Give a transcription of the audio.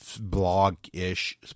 blog-ish